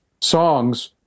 songs